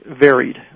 varied